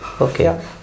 Okay